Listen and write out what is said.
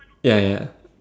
ya ya